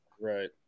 Right